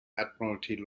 admiralty